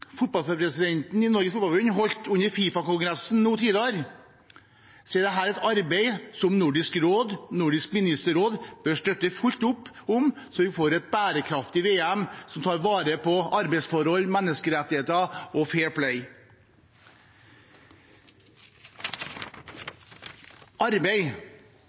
fotballpresidenten i Norges Fotballforbund, holdt under FIFA-kongressen nå, er dette et arbeid som Nordisk råd og Nordisk ministerråd bør støtte fullt opp om så vi får et bærekraftig VM som tar vare på arbeidsforhold, menneskerettigheter og